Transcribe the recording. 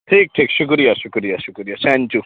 ٹھیک ٹھیک شکریہ شکریہ شکریہ تھینک یو